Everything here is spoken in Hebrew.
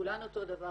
כולן אותו מעמד,